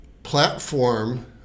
platform